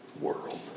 world